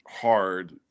hard